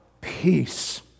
peace